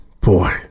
Boy